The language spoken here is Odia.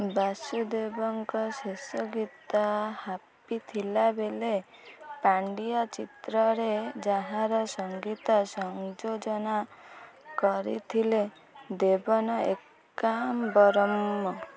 ବାସୁଦେବଙ୍କ ଶେଷ ଗୀତ ହାପ୍ପୀ ଥିଲା ବେଳେ ପାଣ୍ଡିୟା ଚିତ୍ରରେ ଯାହାର ସଙ୍ଗୀତ ସଂଯୋଜନା କରିଥିଲେ ଦେବନ ଏକାମ୍ବରମ